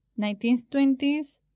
1920s